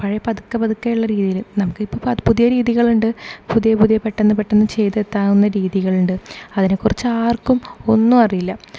പഴയ പതുക്കെ പതുക്കെ ഉള്ള രീതിയിൽ നമുക്കിപ്പം പുതിയ രീതികളൂണ്ട് പുതിയ പുതിയ പെട്ടെന്ന് പെട്ടെന്ന് ചെയ്ത് എത്താവുന്ന രീതീകളുണ്ട് അതിനെക്കുറിച്ച് ആർക്കും ഒന്നും അറിയില്ല